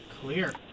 Clear